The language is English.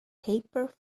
paper